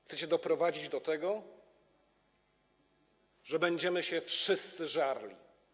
Chcecie doprowadzić do tego, że będziemy się wszyscy żarli.